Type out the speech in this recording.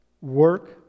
Work